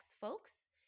folks